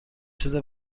چیز